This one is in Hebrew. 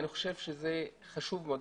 אני חושב שזה חשוב מאוד.